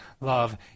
love